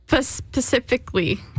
Specifically